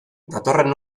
datorren